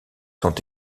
sont